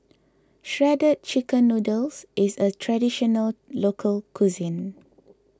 Shredded Chicken Noodles is a Traditional Local Cuisine